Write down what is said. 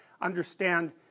Understand